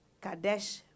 Kadesh